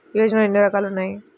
యోజనలో ఏన్ని రకాలు ఉన్నాయి?